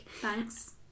thanks